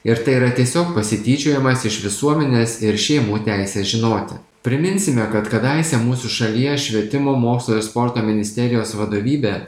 ir tai yra tiesiog pasityčiojimas iš visuomenės ir šeimų teisės žinoti priminsime kad kadaise mūsų šalies švietimo mokslo ir sporto ministerijos vadovybė